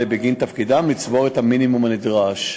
בגין תפקידם לצבור את המינימום הנדרש.